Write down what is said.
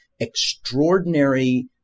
extraordinary